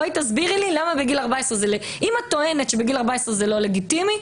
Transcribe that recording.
אם את טוענת שבגיל 14 זה לא לגיטימי,